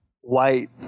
white